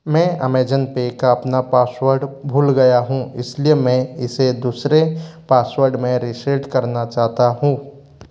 मैं Amazon pay का अपना पासवर्ड भूल गया हूँ इसलिए मैं इसे दूसरे पासवर्ड में रीसेट करना चाहता हूँ